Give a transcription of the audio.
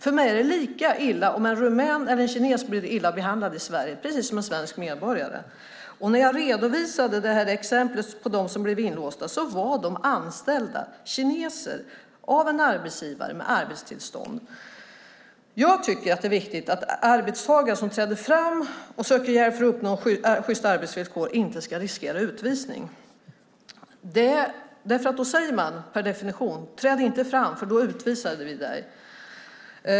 För mig är det lika illa om en rumän eller en kines blir illa behandlad i Sverige, precis som när det gäller en svensk medborgare. Jag redovisade ett exempel på människor som blev inlåsta. Det var anställda kineser hos en arbetsgivare med arbetstillstånd. Jag tycker att det är viktigt att arbetstagare som träder fram och söker hjälp för att uppnå sjysta arbetsvillkor inte ska riskera utvisning. Annars säger man per definition: Träd inte fram, för då utvisar vi dig!